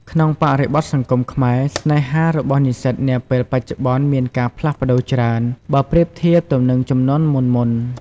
ក្នុងបរិបទសង្គមខ្មែរ ស្នេហារបស់និស្សិតនាពេលបច្ចុប្បន្នមានការផ្លាស់ប្តូរច្រើន បើប្រៀបធៀបទៅនឹងជំនាន់មុនៗ។